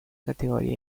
categoría